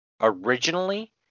originally